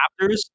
Raptors